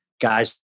guys